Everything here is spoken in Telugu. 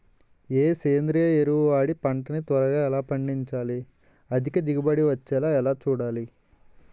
ఏ సేంద్రీయ ఎరువు వాడి పంట ని త్వరగా ఎలా పండించాలి? అధిక దిగుబడి వచ్చేలా ఎలా చూడాలి?